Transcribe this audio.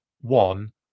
one